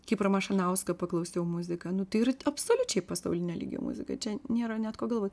kiprą mašanauską paklausiau muziką nu tai yra absoliučiai pasaulinio lygio muzika čia nėra net ko galvot